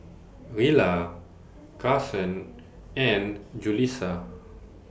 Rilla Carsen and Julissa